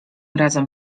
razem